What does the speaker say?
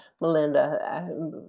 Melinda